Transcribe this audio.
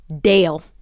Dale